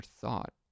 thought